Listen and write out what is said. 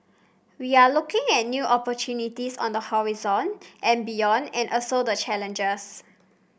we are looking at new opportunities on the horizon and beyond and also the challenges